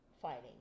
fighting